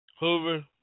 Hoover